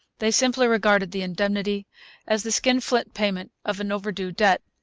they simply regarded the indemnity as the skinflint payment of an overdue debt,